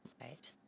Right